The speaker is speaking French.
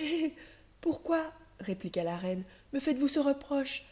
hé pourquoi répliqua la reine me faites-vous ce reproche